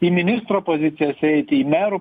į ministro pozicijas eiti į merus